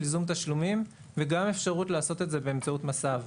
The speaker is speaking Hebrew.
ייזום תשלומים וגם אפשרות לעשות את זה באמצעות מס"ב,